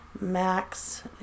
Max